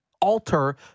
alter